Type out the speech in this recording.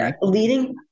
Leading